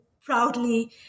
proudly